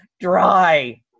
dry